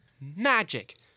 magic